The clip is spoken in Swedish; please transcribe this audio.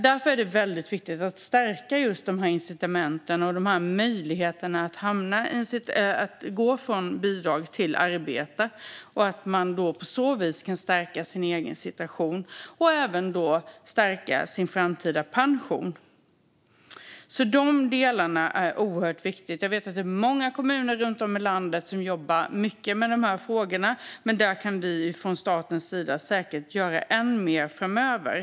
Därför är det viktigt att stärka incitamenten och möjligheterna att gå från bidrag till arbete så att man på så vis kan stärka sin egen situation och även sin framtida pension. Dessa delar är oerhört viktiga. Jag vet att det är många kommuner runt om i landet som jobbar mycket med de här frågorna, men där kan vi från statens sida säkert göra än mer framöver.